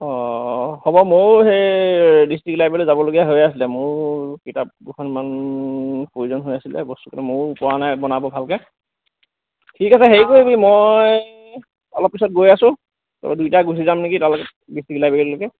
অঁ হ'ব মইও সেই ডিষ্ট্ৰিক্ট লাইব্ৰেৰীলৈ যাব লগীয়া হৈ আছিলে মোৰো কিতাপ দুখনমান প্ৰয়োজন হৈ আছিলে বস্তুখিনি মইও পৰা নাই বনাব ভালকৈ ঠিক আছে হেৰি কৰিবি মই অলপ পিছত গৈ আছোঁ দুয়োটা গুছি যাম নেকি তালৈকে ডিষ্ট্ৰিক্ট লাইব্ৰেৰীলৈকে